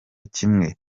kimwe